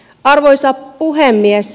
arvoisa puhemies